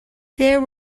there